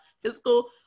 physical